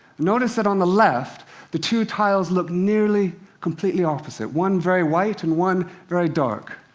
notice that on the left the two tiles look nearly completely opposite one very white and one very dark,